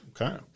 Okay